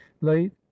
Late